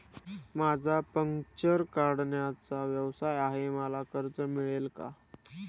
माझा पंक्चर काढण्याचा व्यवसाय आहे मला कर्ज मिळेल का?